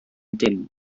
dim